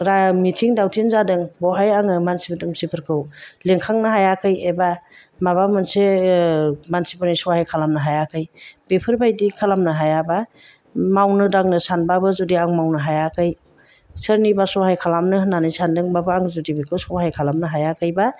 फुरा मिटिं दावथिं जादों बहाय आङो मानसि दुमसिफोरखौ लेंखांनो हायाखै एबा माबा मोनसे मानसिफोरनि सहाय खालामनो हायाखै बेफोरबादि खालामनो हायाब्ला मावनो दांनो सानबाबो जुदि आं मावनो हायाखै सोरनिबा सहाय खालामनो होननानै सानदोंबाबो आं जुदि बेखौ सहाय खालामनो हायाखैबा